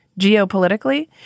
geopolitically